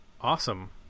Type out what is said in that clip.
awesome